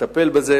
שתטפל בזה.